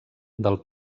del